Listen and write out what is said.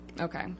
okay